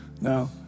No